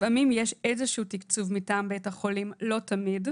לפעמים יש איזה שהוא תקצוב כל שהוא מטעם בית החולים לא תמיד.